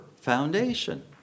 foundation